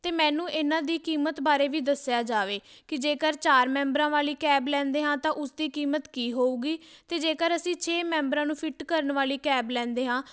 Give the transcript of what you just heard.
ਅਤੇ ਮੈਨੂੰ ਇਹਨਾਂ ਦੀ ਕੀਮਤ ਬਾਰੇ ਵੀ ਦੱਸਿਆ ਜਾਵੇ ਕਿ ਜੇਕਰ ਚਾਰ ਮੈਂਬਰਾਂ ਵਾਲੀ ਕੈਬ ਲੈਂਦੇ ਹਾਂ ਤਾਂ ਉਸ ਦੀ ਕੀਮਤ ਕੀ ਹੋਊਗੀ ਅਤੇ ਜੇਕਰ ਅਸੀਂ ਛੇ ਮੈਂਬਰਾਂ ਨੂੰ ਫਿੱਟ ਕਰਨ ਵਾਲੀ ਕੈਬ ਲੈਂਦੇ ਹਾਂ